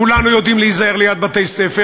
כולנו יודעים להיזהר ליד בתי-ספר,